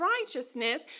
righteousness